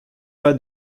pas